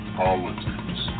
politics